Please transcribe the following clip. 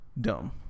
Dumb